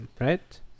right